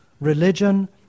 Religion